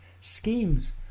schemes